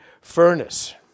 furnace